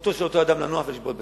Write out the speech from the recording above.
זכותו של אותו אדם לנוח ולשבות בשבת.